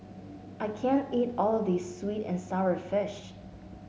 I can't eat all of this sweet and sour fish